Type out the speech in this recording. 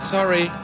Sorry